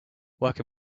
work